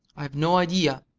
i've no idea,